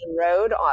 road